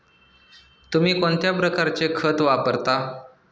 तुम्ही कोणत्या प्रकारचे खत वापरता?